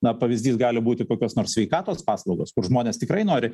na pavyzdys gali būti kokios nors sveikatos paslaugos kur žmonės tikrai nori